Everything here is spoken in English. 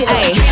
Hey